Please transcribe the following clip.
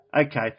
Okay